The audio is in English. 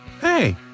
Hey